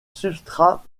substrat